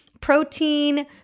protein